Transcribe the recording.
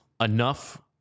enough